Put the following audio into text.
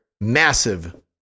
massive